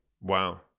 Wow